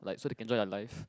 like so they enjoy their lives